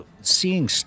seeing